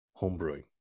homebrewing